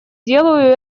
делаю